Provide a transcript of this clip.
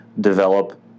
develop